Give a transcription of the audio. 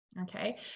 okay